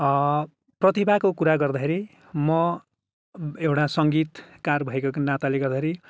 प्रतिभाको कुरा गर्दाखेरि म एउटा सङ्गीतकार भएको नाताले गर्दाखेरि